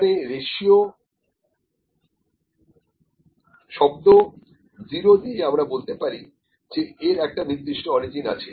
এখানে শব্দ o দিয়ে আমরা বলতে পারি যে এর একটা নির্দিষ্ট অরিজিন আছে